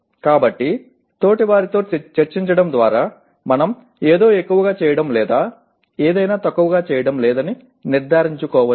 కాబట్టి తోటివారితో చర్చించడం ద్వారా మనం ఏదో ఏక్కువుగా చేయటం లేదా ఏదైనా తక్కువగా చేయటం లేదని నిర్ధారించుకోవచ్చు